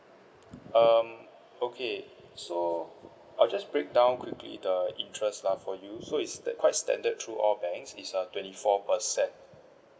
um okay so I'll just breakdown quickly the interest lah for you so it's quite standard through all banks it's a twenty four percent